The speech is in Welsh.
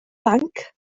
banc